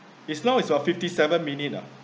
it's now is your fifty seven minute ah